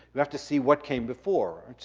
you have to see what came before.